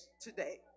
today